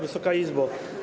Wysoka Izbo!